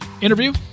interview